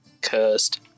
Cursed